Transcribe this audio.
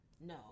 No